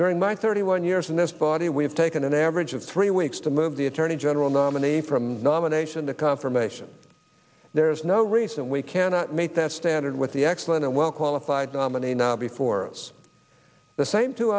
during my thirty one years in this body we have taken an average of three weeks to move the attorney general nominee from nomination to confirmation there is no reason we cannot meet that standard with the excellent and well qualified nominee now before us the same two